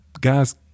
Guys